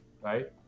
right